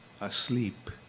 asleep